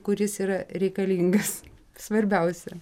kuris yra reikalingas svarbiausia